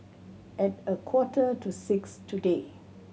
at a quarter to six today